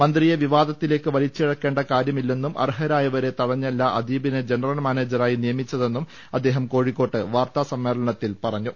മന്ത്രിയെ വിവാദത്തിലേക്ക് വലിച്ചിഴക്കേണ്ട കാര്യമില്ലെന്നും അർഹരായവരെ തഴഞ്ഞല്ല അദീ ബിനെ ജനറൽ മാനേജറായി നിയമിച്ചതെന്നും അദ്ദേഹം കോഴി ക്കോട്ട് വാർത്താസമ്മേളനത്തിൽ പറഞ്ഞു